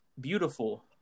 beautiful